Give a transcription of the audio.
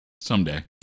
Someday